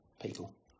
people